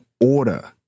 order